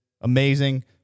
amazing